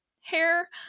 hair